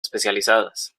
especializadas